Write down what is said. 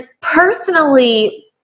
personally